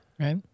Right